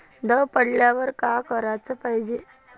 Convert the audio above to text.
दव पडल्यावर का कराच पायजे?